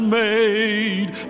made